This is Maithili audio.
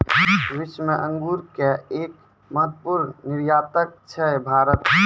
विश्व मॅ अंगूर के एक महत्वपूर्ण निर्यातक छै भारत